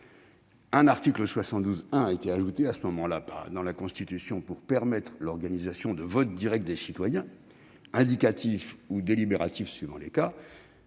un article 72-1 avait alors été introduit dans la Constitution pour permettre l'organisation de votes directs des citoyens -votes indicatifs ou délibératifs suivant les cas.